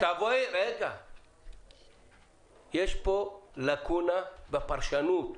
יש פה לקונה בפרשנות.